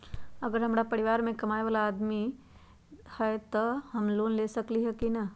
अगर हमरा परिवार में दो आदमी कमाये वाला है त हम लोन ले सकेली की न?